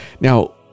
Now